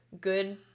good